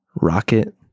rocket